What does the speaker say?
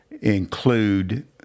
include